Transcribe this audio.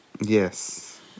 yes